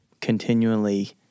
continually